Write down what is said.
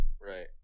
Right